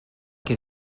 que